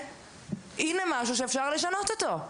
הנה משהו שאפשר לשנות אותו.